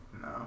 No